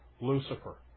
Lucifer